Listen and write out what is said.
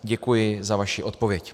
Děkuji za vaši odpověď.